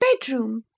bedroom